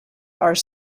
are